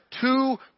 two